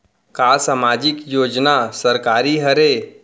का सामाजिक योजना सरकारी हरे?